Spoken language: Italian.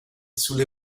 sulle